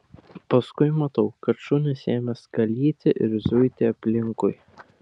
paskui matau kad šunys ėmė skalyti ir zuiti aplinkui